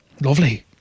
Lovely